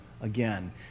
again